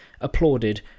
applauded